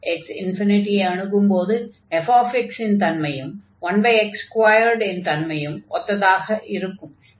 x ∞ ஐ அணுகும்போது fx இன் தன்மையும் 1x2 இன் தன்மையும் ஒத்ததாக இருக்கும்